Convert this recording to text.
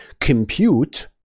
compute